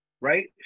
right